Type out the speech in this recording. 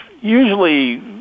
usually